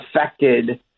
affected